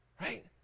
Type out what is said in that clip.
right